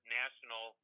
national